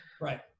right